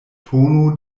tono